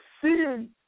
seeing